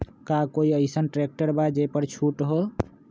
का कोइ अईसन ट्रैक्टर बा जे पर छूट हो?